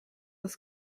was